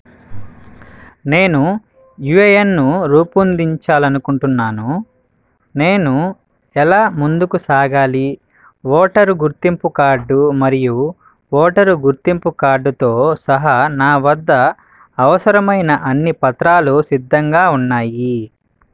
నేను యూఏఎన్ను రూపొందించాలనుకుంటున్నాను నేను ఎలా ముందుకు సాగాలి ఓటరు గుర్తింపు కార్డు మరియు ఓటరు గుర్తింపు కార్డుతో సహా నా వద్ద అవసరమైన అన్ని పత్రాలు సిద్ధంగా ఉన్నాయి